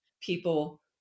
people